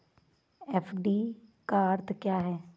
FD का अर्थ क्या है?